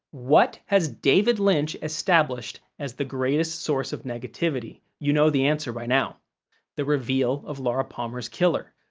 what has david lynch established as the greatest source of negativity? you know the answer by now the reveal of laura palmer's killer.